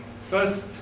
first